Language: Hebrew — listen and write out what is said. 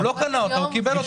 הוא לא קנה אותה, הוא קיבל אותה.